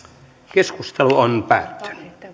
keskustelu on päätty